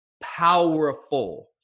Powerful